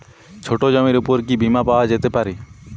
ছোট জমির উপর কি বীমা পাওয়া যেতে পারে?